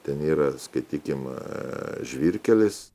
ten yra skaitykim žvyrkelis